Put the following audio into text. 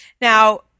Now